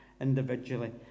individually